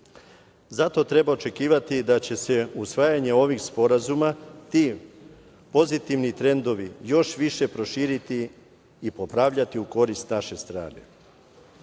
nas. Zato treba očekivati da će se usvajanje ovih sporazuma ti pozitivni trendovi još više proširiti i popravljati u korist naše strane,